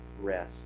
rest